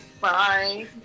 Bye